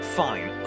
fine